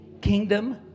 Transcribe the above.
kingdom